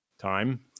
time